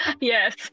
Yes